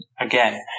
Again